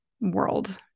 world